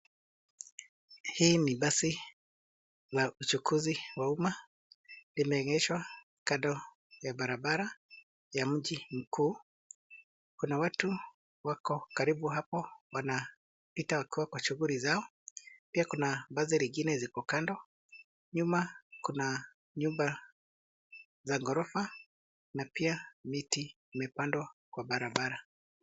Hii ni basi la uchukuzi wa umma, limeegeshwa kando ya barabara ya mji mkuu, kuna watu wako karibu hapo wanapita wakiwa wakiwa kwa shuguli zao, pia kuna basi zingine ziko kando, nyuma kuna nyumba za ghorofa na pia miti imepandwa kwa barabara.